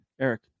Eric